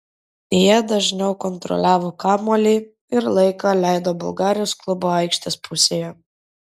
jie dažniau kontroliavo kamuolį ir laiką leido bulgarijos klubo aikštės pusėje